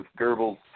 Goebbels